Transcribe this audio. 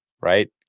right